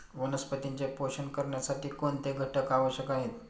वनस्पतींचे पोषण करण्यासाठी कोणते घटक आवश्यक आहेत?